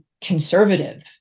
conservative